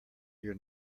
your